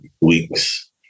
weeks